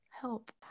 help